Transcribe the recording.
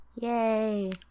Yay